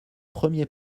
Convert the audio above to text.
premier